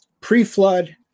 pre-flood